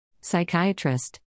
Psychiatrist